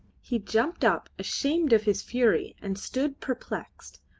he jumped up ashamed of his fury and stood perplexed,